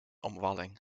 omwalling